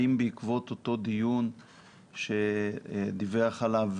האם בעקבות אותו דיון שדיווח עליו